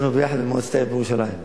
שנינו ביחד, במועצת העיר ירושלים.